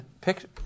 picture